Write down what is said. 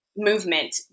movement